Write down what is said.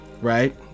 right